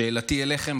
שאלתי אליכם,